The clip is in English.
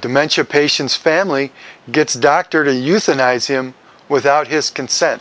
dementia patients family gets doctor to euthanize him without his consent